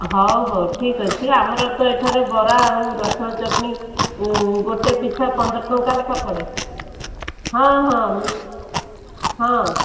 ହଉ ହଉ ଠିକ୍ ଅଛି ଆମର ତ ଏଠାରେ ବରା ଆଉ ରସୁଣ ଚଟଣି ଗୋଟେ ପିଛା ପନ୍ଦର ଟଙ୍କା ଲେଖାଏଁ ପଡ଼େ ହଁ ହଁ ହଁ